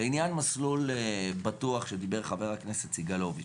לעניין "מסלול בטוח" שדיבר עליו חבר הכנסת סגלוביץ'.